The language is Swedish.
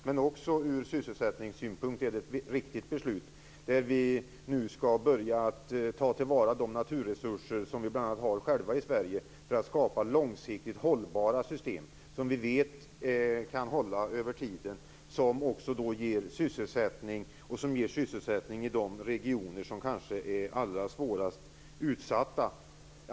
Men det är också ett riktigt beslut ur sysselsättningssynpunkt. Nu skall vi börja ta till vara de naturresurser som vi själva har i Sverige för att skapa långsiktigt hållbara system som vi vet kan hålla över tiden och som ger sysselsättning i de regioner som arbetsmarknadspolitiskt kanske är allra mest utsatta.